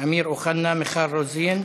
אמיר אוחנה, מיכל רוזין.